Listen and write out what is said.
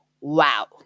Wow